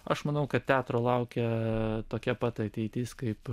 aš manau kad teatro laukia tokia pat ateitis kaip